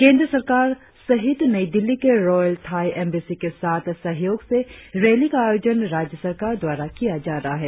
केंद्र सरकार सहित नई दिल्ली के रॉयल थाई एम्बेसी के साथ सहयोग से रैली का आयोजन राज्य सरकार द्वारा किया जा रहा है